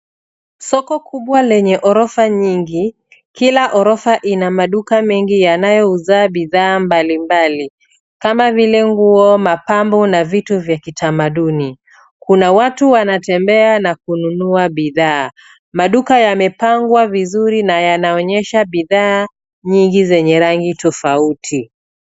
Soko kubwa lenye ghorofa nyingi. Kila ghorofa ina maduka mengi yanayouza bidhaa mbalimbali kama vile nguo, mapambo na vitu vya kitamaduni. Kuna watu wanatembea na kununua bidhaa. Maduka yamepangwa vizuri na yanaonyesha bidhaa nyingi zenye rangi tofauti.